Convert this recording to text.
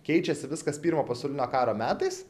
keičiasi viskas pirmo pasaulinio karo metais